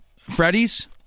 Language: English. Freddie's